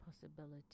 possibility